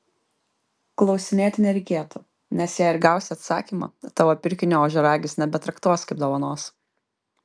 klausinėti nereikėtų nes jei ir gausi atsakymą tavo pirkinio ožiaragis nebetraktuos kaip dovanos